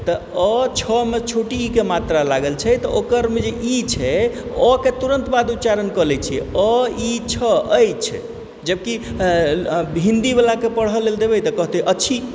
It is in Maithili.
तऽ अ छमे छोटी इ के छियै लागल छै तऽ ओकरमे जे इ छै अ के तुरन्त बाद उचारणकऽ लैत छियै अ इ छ अछि जबकि हिन्दी वलाके पढल लेल देबइ तऽ कहतै अइछ